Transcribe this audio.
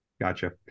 Gotcha